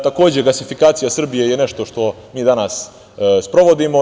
Takođe, gasifikacija Srbije je nešto što danas sprovodimo.